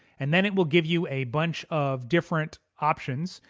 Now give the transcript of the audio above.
and then it will give you a bunch of different options.